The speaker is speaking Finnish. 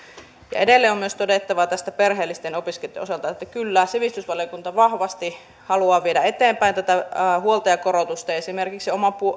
ja edelleen on myös todettava perheellisten opiskelijoitten osalta että kyllä sivistysvaliokunta vahvasti haluaa viedä eteenpäin tätä huoltajakorotusta ja esimerkiksi oma